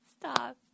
stop